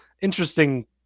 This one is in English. interesting